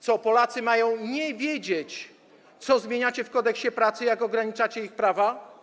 Co, Polacy mają nie wiedzieć, co zmieniacie w Kodeksie pracy, jak ograniczacie ich prawa?